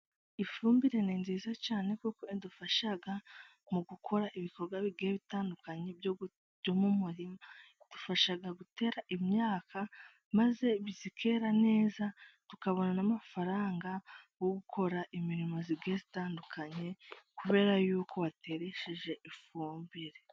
Ifumbire ni nziza cyane, kuko idufasha mu gukora ibikorwa bigiye bitandukanye, byo mu murima. Idufasha gutera imyaka maze ikera neza, tukabona n'amafaranga yo gukora imirimo igiye itandukanye, kubera yuko bateresheje ifumbire.